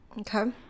Okay